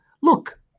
look